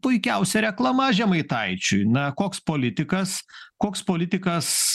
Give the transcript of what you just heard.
puikiausia reklama žemaitaičiui na koks politikas koks politikas